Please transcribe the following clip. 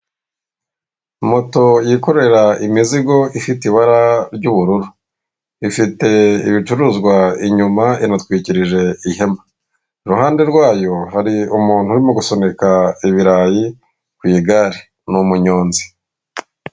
Moto yikorera imizigo ifite ibara ry'ubururu, ifite ibicuruzwa inyuma inatwikirije ihema. iruhande rwayo hari umuntu urimo gusomeka ibirayi ku igare ni umunyonzi